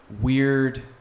weird